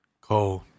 Cold